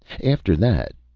after that,